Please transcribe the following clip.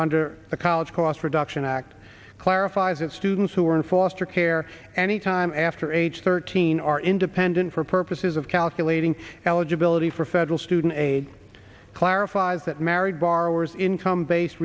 under the college cost reduction act clarifies it students who or in foster care any time after age thirteen are independent for purposes of calculating eligibility for federal student aid clarifies that married borrower's income base